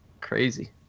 crazy